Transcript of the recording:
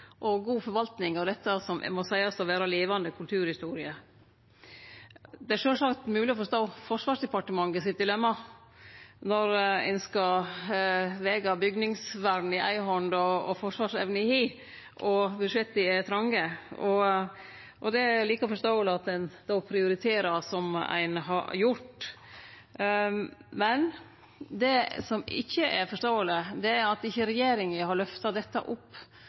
og god forvaltning av dette som må seiast å vere levande kulturhistorie. Det er sjølvsagt mogleg å forstå Forsvarsdepartementet sitt dilemma når ein skal vege bygningsvern i ei hand, forsvarsevne i den andre og budsjetta er tronge, og det er like forståeleg at ein då prioriterer som ein har gjort. Men det som ikkje er forståeleg, er at regjeringa ikkje har løfta dette opp